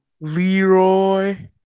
Leroy